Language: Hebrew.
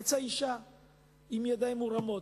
יצאה אשה עם ידיים מורמות,